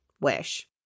wish